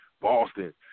Boston